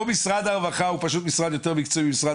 פה משרד הרווחה הוא פשוט משרד יותר מקצועי ממשרד